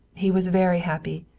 he was very happy.